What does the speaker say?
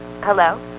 Hello